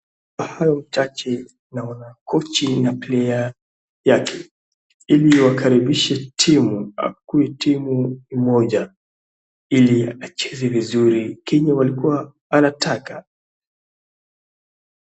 Kwa hayo chache naona kochi na player yake ili wakaribishe timu akuwe timu moja ili acheze vizuri kenye alikuwa anataka.